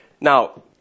Now